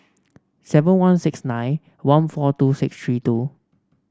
seven one six nine one four two six three two